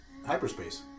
Hyperspace